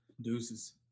Deuces